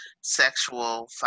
sexual